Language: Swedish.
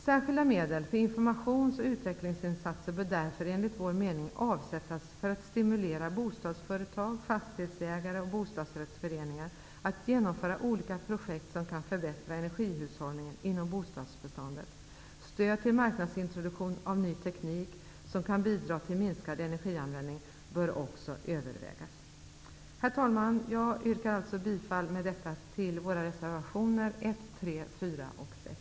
Särskilda medel för informations och utvecklingsinsatser bör därför enligt vår mening avsättas för att stimulera bostadsföretag, fastighetsägare och bostadsrättsföreningar att genomföra olika projekt som kan förbättra energihushållningen inom bostadsbeståndet. Stöd till marknadsintroduktion av ny teknik som kan bidra till minskad energianvändning bör också övervägas. Herr talman! Jag yrkar med detta bifall till våra reservationer nr 1, 3, 4 och 6.